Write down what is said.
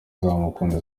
uzamukunda